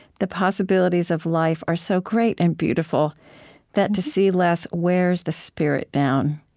the possibilities of life are so great and beautiful that to see less wears the spirit down.